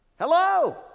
hello